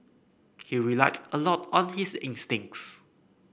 he relied a lot on his instincts